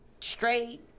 straight